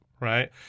right